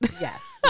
yes